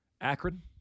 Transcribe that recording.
Akron